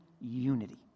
unity